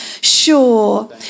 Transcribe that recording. sure